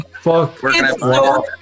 Fuck